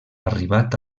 arribat